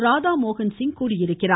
ராதாமோகன்சிங் தெரிவித்திருக்கிறார்